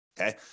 okay